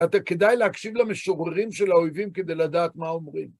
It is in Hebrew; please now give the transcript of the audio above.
כדאי לך להקשיב למשוררים של האויבים כדי לדעת מה אומרים.